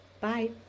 Bye